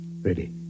Ready